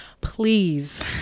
please